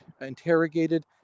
interrogated